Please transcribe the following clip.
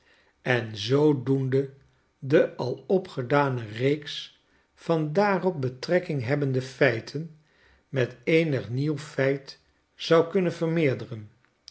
en zoodoende de al opgedane reeks van daarop betrekking hebbende feitenmet eenig nieuw feit zou kunnen vermeerderen